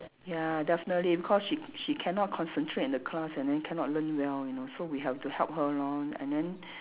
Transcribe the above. ya definitely because she she cannot concentrate in the class and then cannot learn well you know so we have to help her lor and then